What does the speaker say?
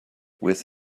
with